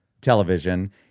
television